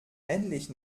endlich